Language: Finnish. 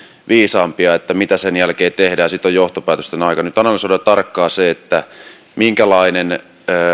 viisaampia siinä mitä sen jälkeen tehdään sitten on johtopäätösten aika nyt analysoidaan tarkkaan se minkälainen